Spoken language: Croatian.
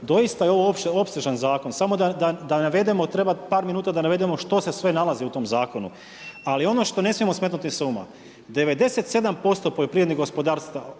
doista je ovo opsežan Zakon, samo da navedemo, treba par minuta da navedemo što se sve nalazi u tom Zakonu. Ali ono što ne smijemo smetnuti s uma, 97% poljoprivrednih gospodarstava